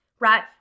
Right